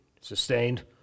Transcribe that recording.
Sustained